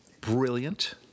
brilliant